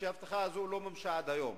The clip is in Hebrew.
הבטחה שלא מומשה עד היום.